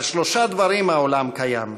"על שלושה דברים העולם קיים,